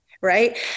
right